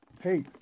Hey